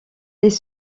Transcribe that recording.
les